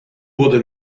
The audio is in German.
wurde